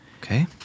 Okay